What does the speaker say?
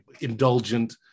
indulgent